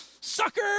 Sucker